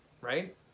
right